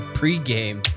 pre-game